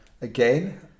again